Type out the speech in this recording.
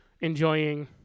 enjoying